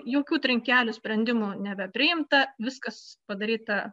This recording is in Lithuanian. jokių trinkelių sprendimo nebepriimta viskas padaryta